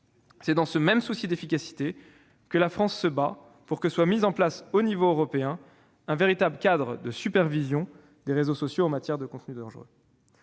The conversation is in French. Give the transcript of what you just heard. C'est dans ce même souci d'efficacité que la France se bat pour que soit mis en place à l'échelon européen un véritable cadre de supervision des réseaux sociaux en matière de contenus dangereux.